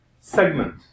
segment